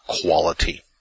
quality